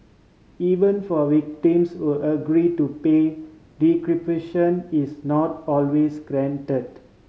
even for victims who agree to pay decryption is not always guaranteed